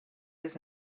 was